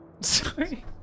Sorry